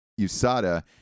USADA